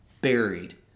buried